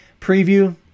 Preview